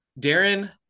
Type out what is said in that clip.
Darren